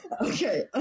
Okay